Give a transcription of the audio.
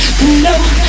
no